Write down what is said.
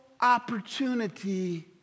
opportunity